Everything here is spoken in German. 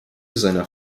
seiner